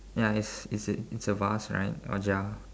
ya is is a is a vase right or jar